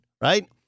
right